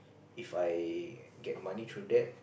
If I get money through that